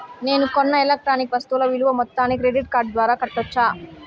నేను కొన్న ఎలక్ట్రానిక్ వస్తువుల విలువ మొత్తాన్ని క్రెడిట్ కార్డు ద్వారా కట్టొచ్చా?